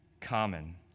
common